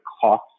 cost